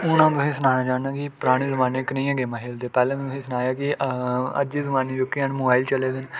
हून अ'ऊं तुसें ई सनाना चाह्न्नां कि पराने जमाने कनेहियां गेम्मां खेलदे पैह्लें में तुसें ई सनाया कि अज्ज दे जमानै जोह्के हैन मोबाईल चले दे न